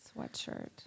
sweatshirt